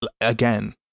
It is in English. again